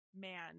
man